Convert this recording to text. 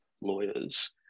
lawyers